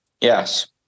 yes